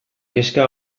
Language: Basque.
kezka